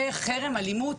וחרם ואלימות